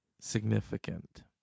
significant